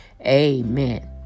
Amen